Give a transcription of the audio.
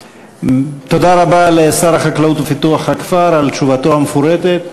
תודה רבה לשר החקלאות ופיתוח הכפר על תשובתו המפורטת.